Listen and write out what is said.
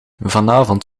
vanavond